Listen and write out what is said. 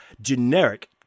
generic